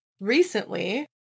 recently